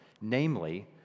namely